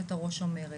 שיו"ר אומרת,